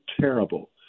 terrible